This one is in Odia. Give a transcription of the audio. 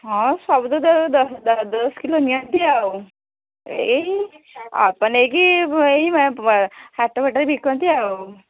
ହଁ ସବୁତକ ଦଶ କିଲୋ ନିଅନ୍ତି ଆଉ ଏଇ ଆପଣ ନେଇକି ଏଇ ହାଟ ଫାଠରେ ବିକନ୍ତି ଆଉ